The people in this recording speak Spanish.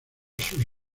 sus